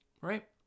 right